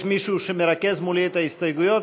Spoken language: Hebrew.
יש מישהו שמרכז מולי את ההסתייגויות?